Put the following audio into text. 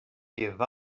give